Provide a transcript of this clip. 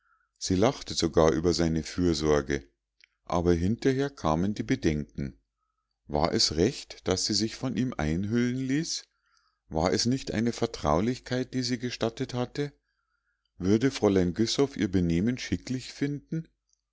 sie lachte sogar über seine fürsorge aber hinterher kamen die bedenken war es recht daß sie sich von ihm einhüllen ließ war es nicht eine vertraulichkeit die sie gestattet hatte würde fräulein güssow ihr benehmen schicklich finden